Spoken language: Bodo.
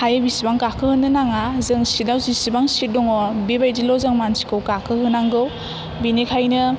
हायो जेसेबां गाखो होनो नाङा जों चिटआव जेसेबां चिट दङ बेबादिल' जों मानसिखौ गाखो होनांगौ बेनिखायनो